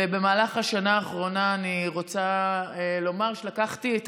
במהלך השנה האחרונה אני רוצה לומר שלקחתי את